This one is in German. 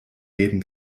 geben